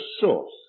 source